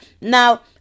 now